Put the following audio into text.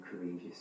courageous